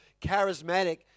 charismatic